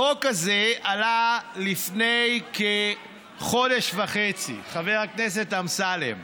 החוק הזה עלה לפני כחודש וחצי, חבר הכנסת אמסלם,